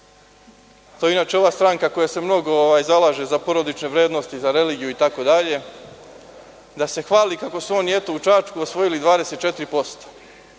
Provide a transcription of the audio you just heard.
to je inače ova stranka koja se mnogo zalaže za porodične vrednosti, za religiju itd, da se hvali kako su oni u Čačku osvojili 24%,